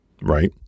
right